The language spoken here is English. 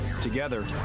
Together